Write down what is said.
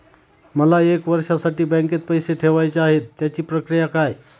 मला एक वर्षासाठी बँकेत पैसे ठेवायचे आहेत त्याची प्रक्रिया काय?